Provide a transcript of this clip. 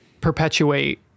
Perpetuate